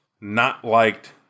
not-liked